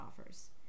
offers